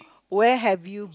where have you